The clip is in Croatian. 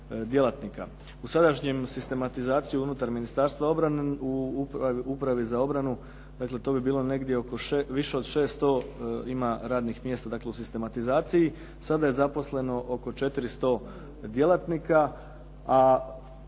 U sadašnjoj sistematizaciji unutar Ministarstva obrane, u Upravi za obranu dakle to bi bilo negdje oko, više od 600 ima radnih mjesta u sistematizaciji. Sada je zaposleno oko 400 djelatnika, a otprilike